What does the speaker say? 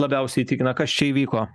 labiausiai įtikina kas čia įvyko